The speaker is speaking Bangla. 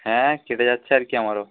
হ্যাঁ কেটে যাচ্ছে আর কি আমারও